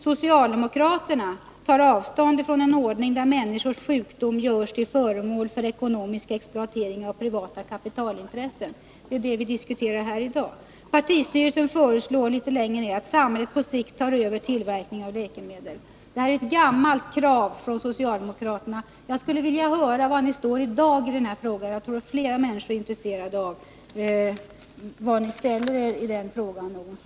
Socialdemokraterna tar avstånd från en ordning där människors sjukdom görs till föremål för ekonomisk exploatering av privata kapitalintressen. Det är ju det vi diskuterar här i dag. Partistyrelsen föreslår att samhället på sikt tar över tillverkningen av läkemedel. Detta är ett gammalt krav från socialdemokraterna. Jag skulle alltså vilja få veta var ni står i dag i den här frågan. Jag tror att många människor är intresserade av att få veta det.